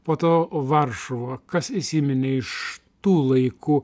po to varšuva kas įsiminė iš tų laikų